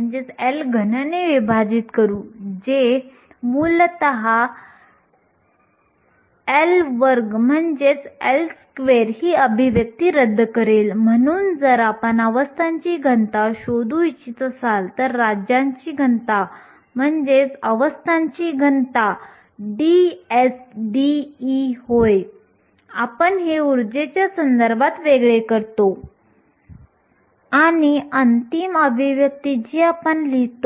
जर आपण हे n पुन्हा लिहिले जे वाहक बँडमधील इलेक्ट्रॉनची संख्या तळापासून वाहक बँड Ec अनंत पर्यंत जाते अवस्थांची घनता फर्मी कार्य dE च्या पट असते जिथे अवस्थांची घनता ही me32 12 या अभिव्यक्तीने आणि f आपण बोल्टझमॅन अंदाज म्हणून वापरु आणि ते घातांक E